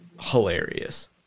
hilarious